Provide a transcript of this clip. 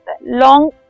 long